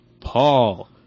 Paul